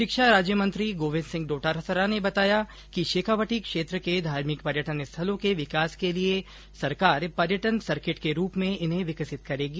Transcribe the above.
शिक्षा राज्यमंत्री गोविन्द सिंह डोटासरा ने बताया कि शेखावाटी क्षेत्र के धार्मिक पर्यटन स्थलों के विकास के लिए सरकार पर्यटन सर्किट के रूप में इन्हें विकसित करेगी